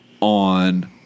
on